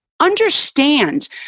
understand